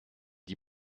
die